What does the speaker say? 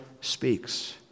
speaks